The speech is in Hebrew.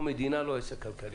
אנחנו מדינה ולא עסק כלכלי.